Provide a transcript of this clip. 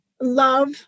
love